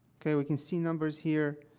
okay? we can see numbers here.